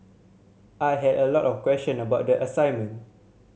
I had a lot of question about the assignment